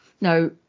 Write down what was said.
now